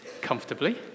comfortably